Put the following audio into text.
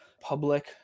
public